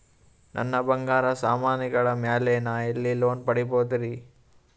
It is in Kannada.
ನನ್ನ ಬಂಗಾರ ಸಾಮಾನಿಗಳ ಮ್ಯಾಲೆ ನಾ ಎಲ್ಲಿ ಲೋನ್ ಪಡಿಬೋದರಿ?